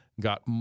got